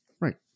right